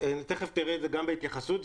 תכף תראה את זה גם בהתייחסות.